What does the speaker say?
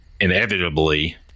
inevitably